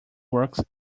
works